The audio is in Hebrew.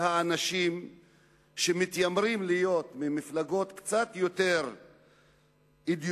ואנשים שמתיימרים להיות ממפלגות קצת יותר אידיאולוגיות,